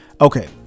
okay